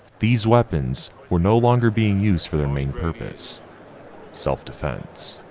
these weapons were no longer being used for their main purpose self-defense.